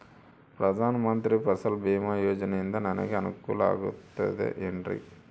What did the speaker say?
ಪ್ರಧಾನ ಮಂತ್ರಿ ಫಸಲ್ ಭೇಮಾ ಯೋಜನೆಯಿಂದ ನನಗೆ ಅನುಕೂಲ ಆಗುತ್ತದೆ ಎನ್ರಿ?